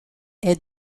est